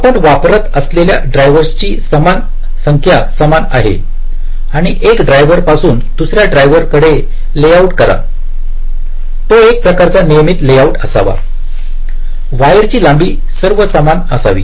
आपण वापरत असलेल्या ड्रायव्हर्स ची संख्या समान आहे आणि एका ड्रायव्हर पासून दुसऱ्या ड्रायव्हर कडे लेआउट करा तो एक प्रकारचा नियमित लेआउट असावा वायरची लांबी सर्व समान असावी